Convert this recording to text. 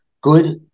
good